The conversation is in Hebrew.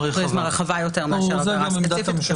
ספציפית בפריזמה רחבה יותר מאשר עבירה ספציפית,